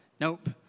nope